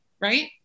Right